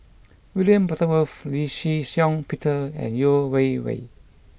William Butterworth Lee Shih Shiong Peter and Yeo Wei Wei